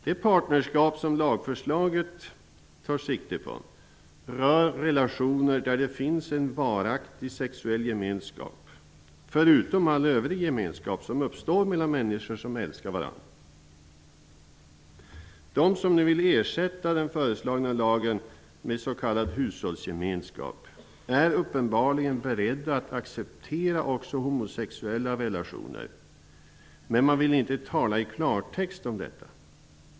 Det slags partnerskap som lagförslaget tar sikte på rör relationer där det finns en varaktig sexuell gemenskap, förutom all övrig gemenskap som uppstår mellan människor som älskar varandra. De som vill ersätta den föreslagna lagen med s.k. hushållsgemenskap är uppenbarligen beredda att acceptera också homosexuella relationer. Men man vill inte tala i klartext om detta.